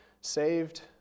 saved